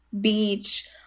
beach